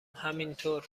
همینطور